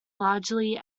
largely